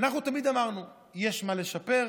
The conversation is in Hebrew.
אנחנו תמיד אמרנו שיש מה לשפר,